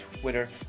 Twitter